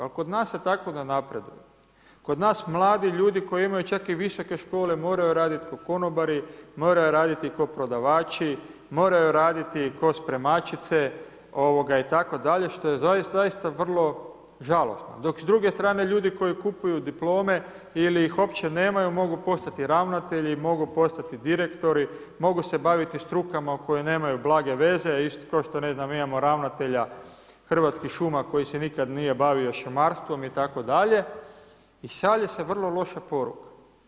A kod nas se tako ne napreduje, kod nas mladi ljudi koji imaju čak i visoke škole moraju raditi kao konobari, moraju raditi kao prodavači, moraju raditi kao spremačice itd. što je zaista vrlo žalosno, dok s druge strane ljudi koji kupuju diplome ili ih uopće nemaju, mogu postati ravnatelji, mogu postati direktori, mogu se baviti strukama o kojoj nemaju blage veze, kao što ne znam, imamo ravnatelja Hrvatskih šuma koji se nikada nije bavio šumarstvom itd. i šalje se vrlo loša poruka.